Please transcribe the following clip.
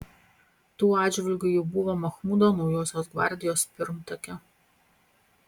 tuo atžvilgiu ji buvo machmudo naujosios gvardijos pirmtakė